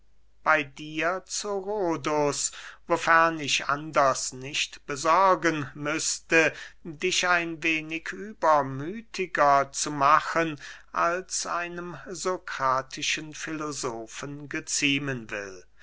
bey dir zu rhodus wofern ich anders nicht besorgen müßte dich ein wenig übermüthiger zu machen als einem sokratischen filosofen geziemen will